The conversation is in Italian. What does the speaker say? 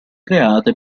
create